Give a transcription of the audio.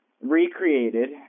recreated